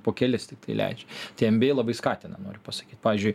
po kelis tiktai leidžia tai nba bei labai skatina noriu pasakyt pavyzdžiui